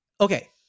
Okay